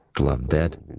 to love dead?